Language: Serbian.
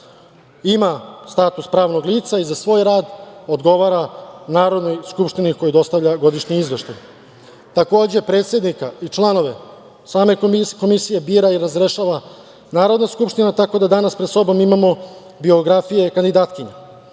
Ima status pravnog lica i za svoj rad odgovara Narodnoj skupštini kojoj dostavlja godišnji izveštaj. Takođe, predsednika i članove same Komisije bira i razrešava Narodna skupština, tako da danas pred sobom imamo biografije kandidatkinja.